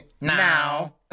Now